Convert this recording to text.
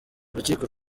urukiko